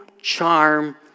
charm